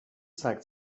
zeigt